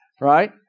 Right